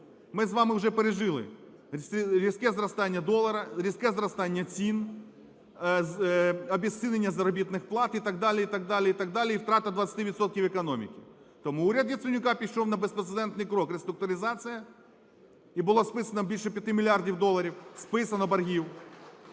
Ми з вами вже пережили різке зростання долара… різке зростання цін, обезцінення заробітних плат і так далі, і так далі, і так далі, і втрата 20 відсотків економіки. Тому уряд Яценюка пішов на безпрецедентний крок – реструктуризація, і було списано більше 5 мільярдів доларів, списано боргів.